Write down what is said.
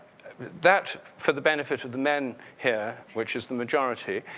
that for the benefit of the men here, which is the majority,